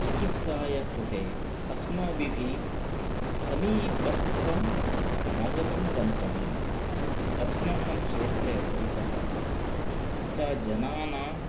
चिकित्साय कृते अस्माभिः समीपस्थं नगरं गन्तव्यम् अस्माकं क्षेत्रे परितः च जनानां